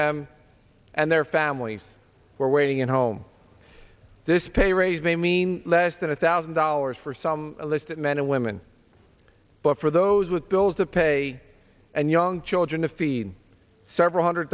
them and their families who are waiting at home this pay raise may mean less than a thousand dollars for some a list of men and women but for those with bills to pay and young children to feed several hundred